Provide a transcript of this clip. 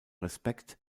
respekt